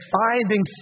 finding